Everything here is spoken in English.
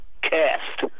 cast